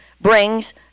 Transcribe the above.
brings